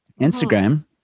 Instagram